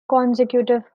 consecutive